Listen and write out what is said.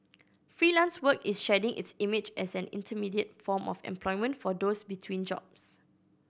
Freelance Work is shedding its image as an intermediate form of employment for those between jobs